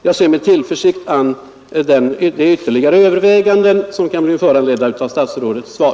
Jag ser med tillförsikt an de ytterligare överväganden som kan bli föranledda av statsrådets svar.